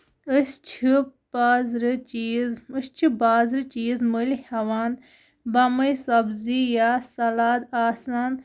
أسۍ چھِ بازرٕ چیٖز أسۍ چھِ بازرٕ چیٖز مٔلۍ ہیوان بامے سَبزی یا سَلاد آسان